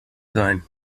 sein